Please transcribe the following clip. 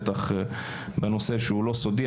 בטח בנושא שהוא לא סודי.